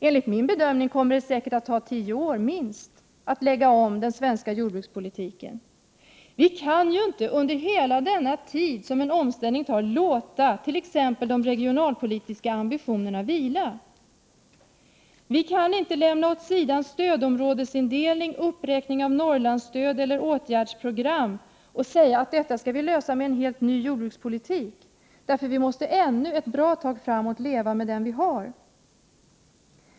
Enligt min bedömning kommer det säkert att ta minst tio år att lägga om den svenska jordbrukspolitiken. Vi kan inte under hela den tid som en omställning tar låta t.ex. de regionalpolitiska ambitionerna vila. Vi kan inte lämna åt sidan stödområdesindelning, uppräkning av Norrlandsstöd eller åtgärdsprogram och säga att vi | skall lösa detta med en helt ny jordbrukspolitik. Vi måste ännu ett bra tag framåt leva med den vi har.